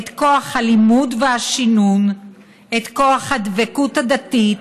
את כוח הלימוד והשינון, את כוח הדבקות הדתית,